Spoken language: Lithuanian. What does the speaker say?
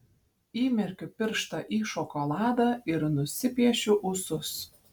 įmerkiu pirštą į šokoladą ir nusipiešiu ūsus